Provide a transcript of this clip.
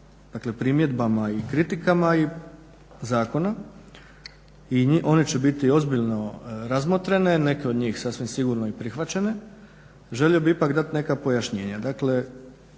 na primjedbama i kritikama zakona, one će biti ozbiljno razmotrene, neke od njih sasvim sigurno i prihvaćene. Želio bih ipak dati neka pojašnjenja.